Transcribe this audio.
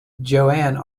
joanne